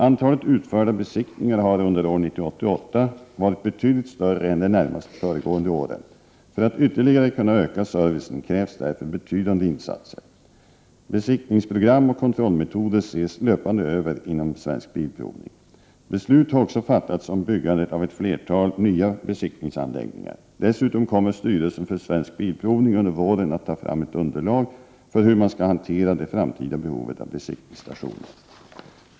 Antalet utförda besiktningar har under år 1988 varit betydligt större än de närmast föregående åren. För att ytterligare kunna öka servicen krävs därför betydande insatser. Besiktningsprogram och kontrollmetoder ses löpande över inom Svensk Bilprovning. Beslut har också fattats om byggandet av ett flertal nya besiktningsanläggningar. Dessutom kommer styrelsen för Svensk Bilprovning under våren att ta fram ett underlag för hur man skall hantera det framtida behovet av besiktningsstationer.